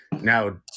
Now